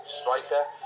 striker